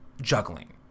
juggling